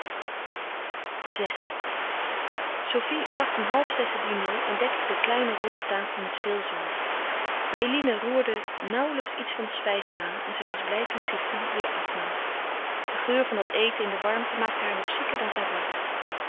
vi sofie bracht om halfzes het diner en dekte de kleine ronde tafel met veel zorg maar eline roerde nauwelijks iets van de spijzen aan en zij was blijde toen sofie weêr afnam de geur van dat eten in de warmte maakte haar nog zieker dan zij was